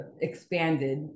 expanded